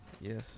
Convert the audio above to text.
yes